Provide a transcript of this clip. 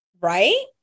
Right